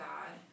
God